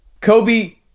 Kobe